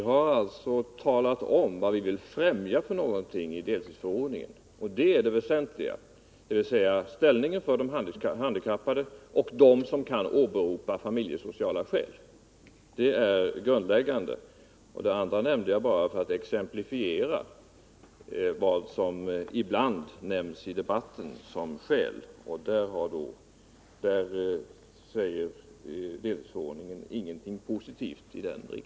Herr talman! Vi har alltså i deltidsförordningen talat om vad vi vill främja när det gäller de handikappade och dem som kan åberopa familjesociala skäl. Det är det väsentliga och det grundläggande. Det andra nämnde jag bara för att exemplifiera vad som ibland i debatten nämns som skäl. Deltidsförordningen säger ingenting positivt i den riktningen.